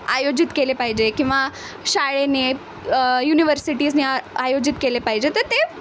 आयोजित केले पाहिजे किंवा शाळेने युनिवर्सिटीजने आयोजित केले पाहिजे तर ते